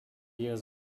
years